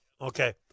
okay